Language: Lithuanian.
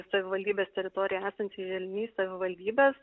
savivaldybės teritorijoje esančiais želdiniais savivaldybės